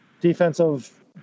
defensive